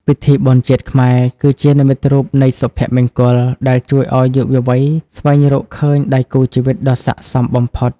ពិធីបុណ្យជាតិខ្មែរគឺជា "និមិត្តរូបនៃសុភមង្គល" ដែលជួយឱ្យយុវវ័យស្វែងរកឃើញដៃគូជីវិតដ៏ស័ក្តិសមបំផុត។